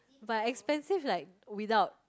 but expensive like without